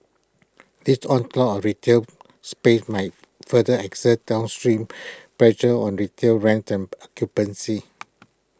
this onslaught of retail space might further exert down strain pressure on retail rents and occupancy